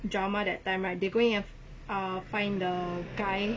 drama that time right they going to ah find the guy